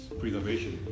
preservation